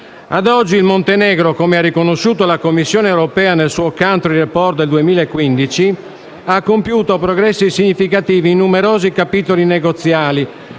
Ad oggi il Montenegro, come ha riconosciuto la Commissione europea nel suo Country Report del 2015, ha compiuto progressi significativi in numerosi capitoli negoziali,